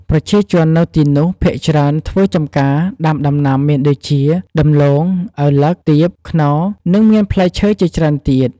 ប្រជាជននៅទីនោះភាគច្រើនធ្វើចំការដាំដំណាំមានដូចជា ដំឡូង ឪឡឹក ទៀប ខ្នុរ និងមានផ្លែឈើជាច្រើនទៀត ។